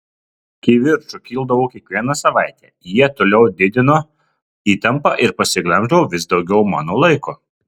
kivirčų kildavo kiekvieną savaitę jie toliau didino įtampą ir pasiglemždavo vis daugiau mano laiko